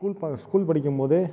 school school படிக்கும் போதே